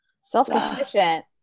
self-sufficient